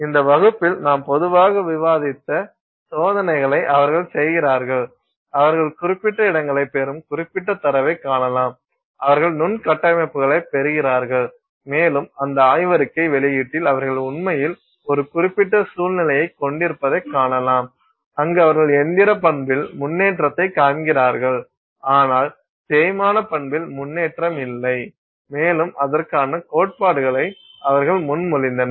இந்த வகுப்பில் நாம் பொதுவாக விவாதித்த சோதனைகளை அவர்கள் செய்கிறார்கள் அவர்கள் குறிப்பிட்ட இடங்களைப் பெறும் குறிப்பிட்ட தரவை காணலாம் அவர்கள் நுண் கட்டமைப்புகளைப் பெறுகிறார்கள் மேலும் அந்த ஆய்வறிக்கை வெளியீட்டில் அவர்கள் உண்மையில் ஒரு குறிப்பிட்ட சூழ்நிலையைக் கொண்டிருப்பதை காணலாம் அங்கு அவர்கள் இயந்திர பண்பில் முன்னேற்றத்தைக் காண்கிறார்கள் ஆனால் தேய்மான பண்பில் முன்னேற்றம் இல்லை மேலும் அதற்கான கோட்பாடுகளை அவர்கள் முன்மொழிந்தனர்